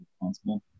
responsible